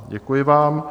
Děkuji vám.